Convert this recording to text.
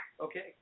Okay